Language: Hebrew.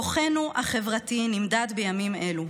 כוחנו החברתי נמדד בימים אלו.